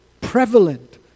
prevalent